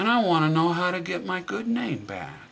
and i want to know how to get my good night b